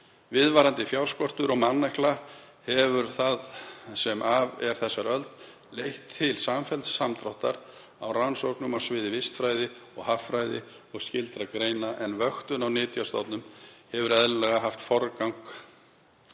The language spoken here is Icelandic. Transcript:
Viðvarandi fjárskortur og mannekla hefur það sem af er þessari öld leitt til samfellds samdráttar í rannsóknum á sviði vistfræði og haffræði og skyldra greina, en vöktun á nytjastofnum hefur eðlilega haft forgang